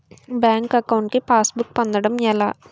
Bank account కి passbook పొందడం ఎలా?